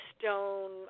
stone